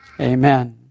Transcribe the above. Amen